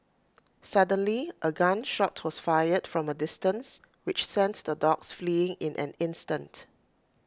suddenly A gun shot was fired from A distance which sent the dogs fleeing in an instant